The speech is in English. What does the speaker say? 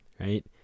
right